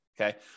Okay